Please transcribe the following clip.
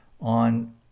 On